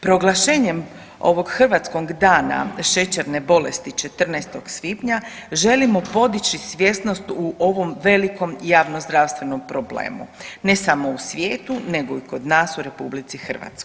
Proglašenjem ovog Hrvatskog dana šećerne bolesti 14. svibnja želimo podići svjesnost u ovom velikom javnozdravstvenom svijetu, ne samo u svijetu nego i kod nas u RH.